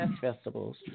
festivals